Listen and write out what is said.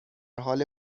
حال